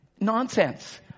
Nonsense